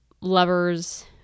lovers